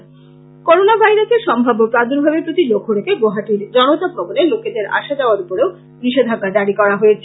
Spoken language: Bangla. এদিকে করোনা ভাইরাসের সম্ভাব্য প্রাদুর্ভাবের প্রতি লক্ষ্য রেখে গৌহাটীর জনতা ভবনে লোকেদের আসা যাওয়ার ওপরও নিষেধাজ্ঞা জারী করা হয়েছে